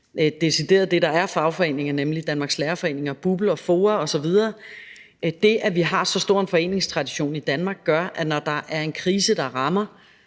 decideret er fagforeninger, nemlig Danmarks Lærerforening, BUPL og FOA osv. Og det, at vi har så stor en foreningstradition i Danmark, gør, at når der er en krise, der rammer,